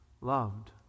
loved